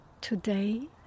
Today